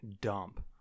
dump